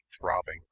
throbbing